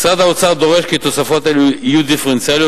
משרד האוצר דורש כי תוספות אלה יהיו דיפרנציאליות,